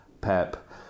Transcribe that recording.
Pep